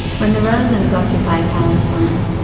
when the romans occupied palestine,